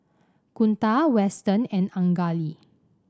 Kunta Weston and Anjali